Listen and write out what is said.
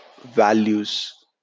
values